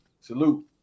Salute